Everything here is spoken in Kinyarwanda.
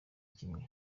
kimwe